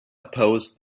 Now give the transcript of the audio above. oppose